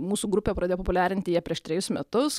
mūsų grupė pradėjo populiarinti ją prieš trejus metus